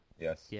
Yes